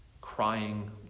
crying